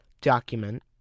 document